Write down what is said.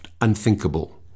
unthinkable